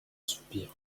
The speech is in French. soupir